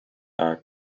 are